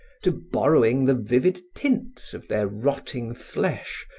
to borrowing the vivid tints of their rotting flesh,